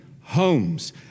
homes